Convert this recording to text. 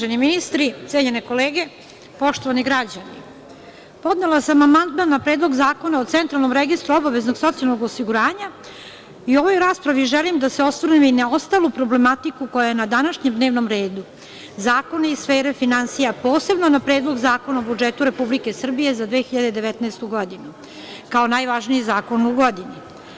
Uvaženi ministri, cenjene kolege, poštovani građani, podnela sam amandman na Predlog zakona o Centralnom registru obaveznog socijalnog osiguranja i u ovoj raspravi želim da se osvrnem i na ostalu problematiku koja je na današnjem dnevnom redu, zakone iz sfere finansija, a posebno na Predlog zakona o budžetu Republike Srbije za 2019. godinu kao najvažniji zakon u godini.